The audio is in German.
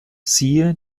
siehe